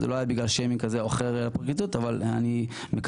זה לא היה בגלל שיימינג זה או אחר לפרקליטות.